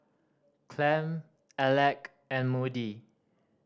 Clem Alec and Moody